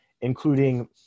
including